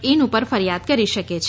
in ઉપર ફરીયાદ કરી શકે છે